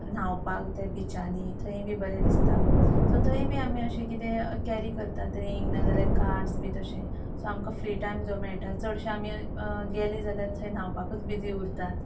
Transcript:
न्हावपाक त्या बिचांनी थंय बी बरें दिसता सो थंय बी आमी अशें कितें कॅरी करतात तरी हें ना जाल्यार कार्डस बी तशें सो आमकां फ्री टायम जो मेळटा चडशे आमी गेली जाल्यार थंय न्हांवपाकूच बिजी उरतात